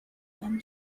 than